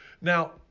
Now